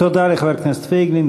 תודה לחבר הכנסת פייגלין.